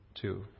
two